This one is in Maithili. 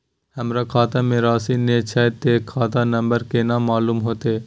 हमरा खाता में राशि ने छै ते खाता नंबर केना मालूम होते?